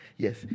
Yes